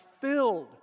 filled